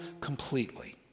completely